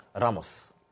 Ramos